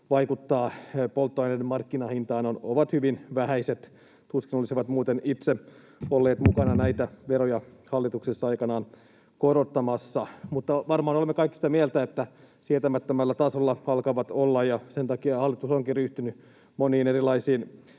vaikuttaa polttoaineiden markkinahintaan ovat hyvin vähäiset. Tuskin he olisivat muuten itse olleet mukana näitä veroja hallituksessa aikanaan korottamassa. Mutta varmaan olemme kaikki sitä mieltä, että sietämättömällä tasolla hinnat alkavat olla, ja sen takia hallitus onkin ryhtynyt moniin erilaisiin